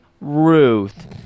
Ruth